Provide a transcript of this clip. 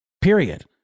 period